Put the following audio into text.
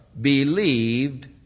believed